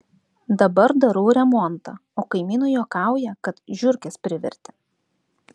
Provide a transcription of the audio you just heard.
dabar darau remontą o kaimynai juokauja kad žiurkės privertė